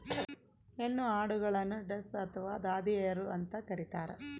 ಹೆಣ್ಣು ಆಡುಗಳನ್ನು ಡಸ್ ಅಥವಾ ದಾದಿಯರು ಅಂತ ಕರೀತಾರ